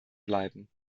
bleiben